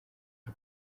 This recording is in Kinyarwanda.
y’u